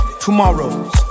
tomorrows